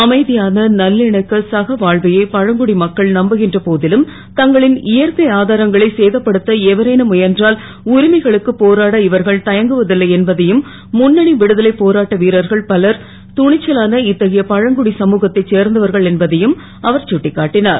அமை யான நல்லிணக்க சகவா வையே பழங்குடி மக்கள் நம்புகின்ற போ லும் தங்களின் இயற்கை ஆதாரங்களை சேதப்படுத்த எவரேனும் முயன்றால் உரிமைகளுக்கு போராட இவர்கள் தயங்குவ ல்லை என்பதையும் முன்னணி விடுதலை போராட்ட வீரர்கள் பலர் துணிச்சலான இத்தகைய பழங்குடி சமுகத்தை சேர்ந்தவர்கள் என்பதையும் அவர் சுட்டிக்காட்டினார்